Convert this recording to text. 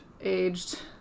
Aged